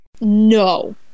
No